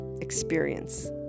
experience